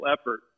effort